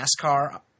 NASCAR